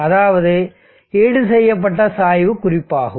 அதாவது ஈடுசெய்யப்பட்ட சாய்வு குறிப்பாகும்